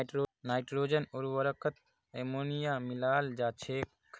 nitrogen उर्वरकत ammonia मिलाल जा छेक